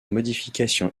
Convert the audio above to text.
modification